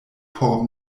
por